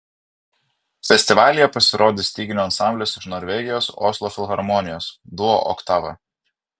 festivalyje pasirodys styginių ansamblis iš norvegijos oslo filharmonijos duo oktava